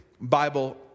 Bible